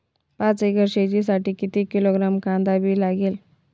पाच एकर शेतासाठी किती किलोग्रॅम कांदा बी लागेल?